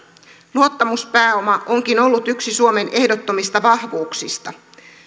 luottamuspääoma onkin ollut yksi suomen ehdottomista vahvuuksista